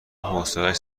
حوصلش